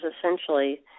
essentially